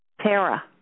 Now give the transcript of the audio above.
Tara